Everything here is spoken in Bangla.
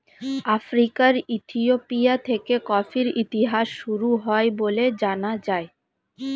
আফ্রিকার ইথিওপিয়া থেকে কফির ইতিহাস শুরু হয় বলে জানা যায়